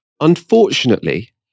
unfortunately